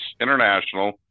international